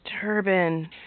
Turban